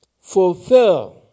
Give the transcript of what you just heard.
fulfill